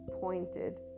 pointed